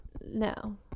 No